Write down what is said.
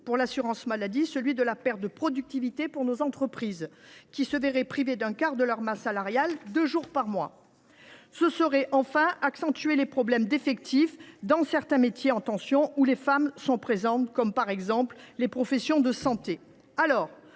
pour l’assurance maladie celui de la perte de productivité pour nos entreprises, qui se verraient privées d’un quart de leur masse salariale, deux jours par mois. Ce serait, enfin, accentuer les problèmes d’effectifs dans certains métiers en tension où les femmes sont très présentes, comme les professions de santé. Aussi,